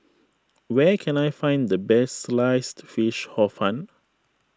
where can I find the best Sliced Fish Hor Fun